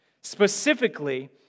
specifically